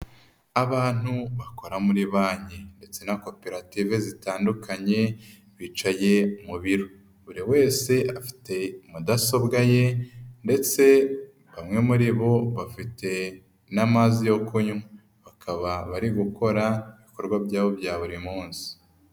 Abantu bakora muri banki ndetse na koperative zitandukanye bicaye mu biro, buri wese afite mudasobwa ye ndetse bamwe muri bo bafite n'amazi yo kunywa, bakaba bari gukora ibikorwa byabo bya buri munsi.